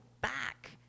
back